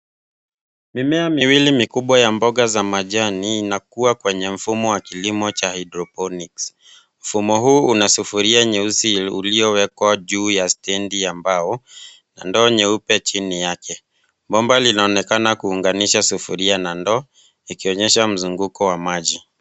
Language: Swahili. Mimea miwili mikubwa ya mboga za majani inakua kwenye mfumo wa kilimo cha hydroponics . Mfumo huu una sufuria nyeusi uliowekwa juu ya stendi ya mbao, na ndoo nyeupe chini yake. Bomba linaonekana kuunganisha sufuria na ndoo, ikionyesha mzunguko wa maji.